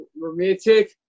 romantic